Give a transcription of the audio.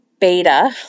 beta